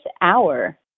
hour